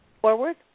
Forward